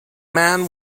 man